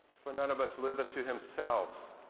for none of us liveth to himself